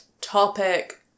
topic